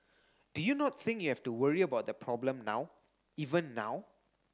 do you not think you have to worry about the problem now even now